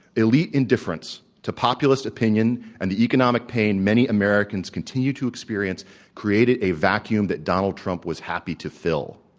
elite indifference to populous opinion and the economic pain many americans continue to experience created a vacuum that donald trump was happy to fill.